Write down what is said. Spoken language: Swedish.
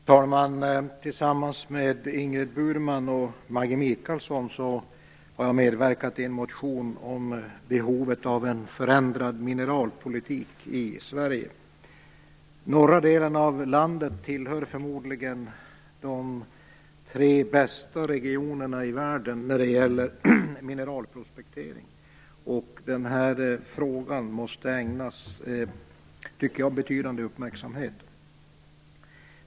Herr talman! Tillsammans med Ingrid Burman och Maggi Mikaelsson har jag medverkat i en motion om behovet av en förändrad mineralpolitik i Sverige. Norra delen av landet tillhör förmodligen de tre bästa regionerna i världen när det gäller mineralprospektering. Den här frågan tycker jag måste ägnas betydande uppmärksamhet.